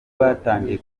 batangiye